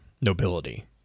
nobility